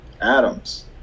Adams